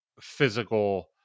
physical